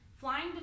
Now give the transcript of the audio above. Flying